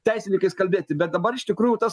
teisininkais kalbėti bet dabar iš tikrųjų tas